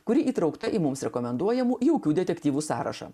kuri įtraukta į mums rekomenduojamų jaukių detektyvų sąrašą